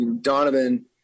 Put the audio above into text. Donovan